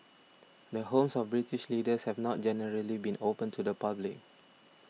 the homes of British leaders have not generally been open to the public